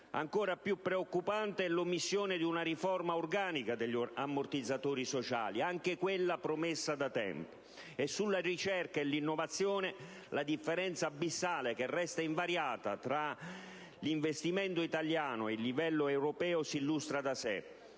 Ancora più preoccupante è l'omissione di una riforma organica degli ammortizzatori sociali, anche quella promessa da tempo. Per quanto riguarda poi la ricerca e l'innovazione, la differenza abissale - che resta invariata - tra l'investimento italiano e il livello europeo si illustra da sé,